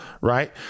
right